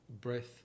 breath